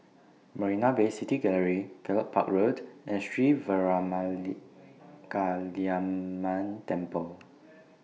Marina Bay City Gallery Gallop Park Road and Sri Veeramakaliamman Temple